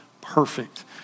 perfect